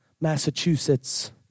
Massachusetts